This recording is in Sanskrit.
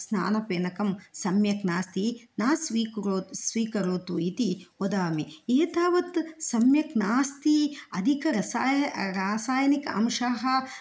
स्नानफेनकं सम्यक् नास्ति न स्वीकुरुतु स्वीकरोतु इति वदामि एतावत् सम्यक् नास्ति अधिकरसाय रासायनिक अंशाः